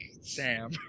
Sam